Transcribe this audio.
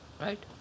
Right